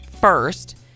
first